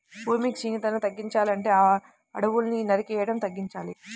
భూమి క్షీణతని తగ్గించాలంటే అడువుల్ని నరికేయడం తగ్గించాలి